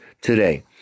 today